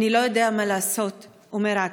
אני לא יודע מה לעשות, אומר עאקל.